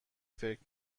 فکر